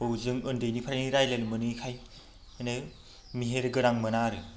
जों उन्दैनिफ्रायनो रायज्लायनो मोनिखाय माने मेहेर गोनां मोना आरो